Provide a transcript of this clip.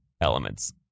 elements